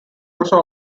also